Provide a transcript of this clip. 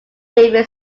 davey